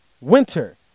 winter